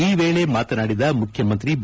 ಈ ವೇಳೆ ಮಾತನಾಡಿದ ಮುಖ್ಯಮಂತ್ರಿ ಬಿ